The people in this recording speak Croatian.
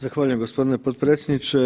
Zahvaljujem gospodine potpredsjedniče.